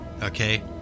okay